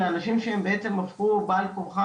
לאנשים שבעצם הפכו להיות בעל כורכם